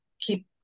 keep